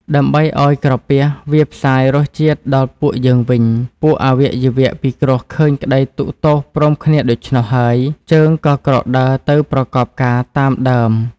ដើម្បីឱ្យក្រពះវាផ្សាយ រសជាតិដល់ពួកយើងវិញ ពួកអវយវៈពិគ្រោះឃើញក្តីទុក្ខទោសព្រមគ្នាដូច្នោះ ហើយ ជើងក៏ក្រោកដើរទៅប្រកបការតាមដើម។